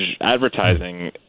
advertising